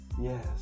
yes